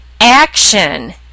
action